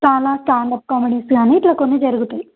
చాలా స్టాండ్అప్ కామెడీస్గాని ఇట్లా కొన్ని జరుగుతాయి